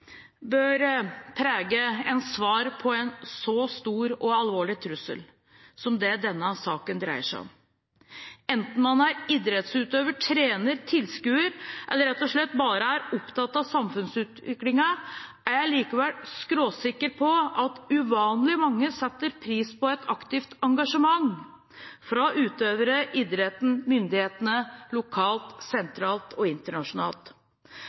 bør prege ens svar på en så stor og alvorlig trussel som den denne saken dreier seg om. Enten man er idrettsutøver, trener, tilskuer eller rett og slett bare er opptatt av samfunnsutviklingen, er jeg likevel skråsikker på at uvanlig mange setter pris på et aktivt engasjement fra utøvere, idretten og myndighetene – lokalt, sentralt og internasjonalt.